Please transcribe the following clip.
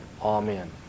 Amen